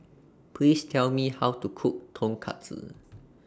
Please Tell Me How to Cook Tonkatsu